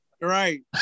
right